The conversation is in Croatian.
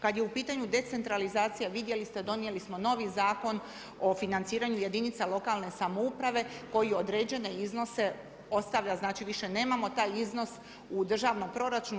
Kada je u pitanju decentralizacija vidjeli ste, donijeli smo novi Zakon o financiranju jedinica lokalne samouprave koji određene iznose ostavlja, znači više nemamo taj iznos u državnom proračunu.